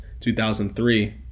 2003